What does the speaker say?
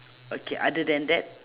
okay other than that